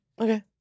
Okay